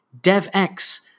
DevX